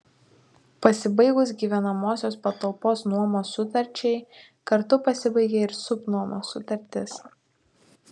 pasibaigus gyvenamosios patalpos nuomos sutarčiai kartu pasibaigia ir subnuomos sutartis